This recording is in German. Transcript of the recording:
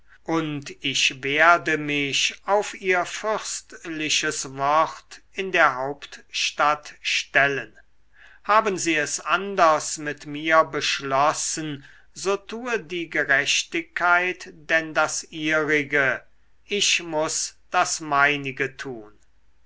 und ich werde mich auf ihr fürstliches wort in der hauptstadt stellen haben sie es anders mit mir beschlossen so tue die gerechtigkeit denn das ihrige ich muß das meinige tun